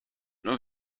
nur